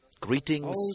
Greetings